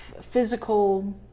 physical